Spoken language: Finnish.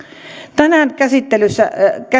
tänään